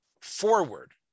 forward